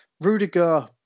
Rudiger